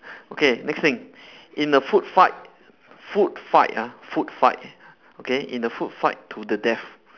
okay next thing in the food fight food fight ah food fight okay in the food fight to the death